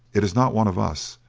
it is not one of us,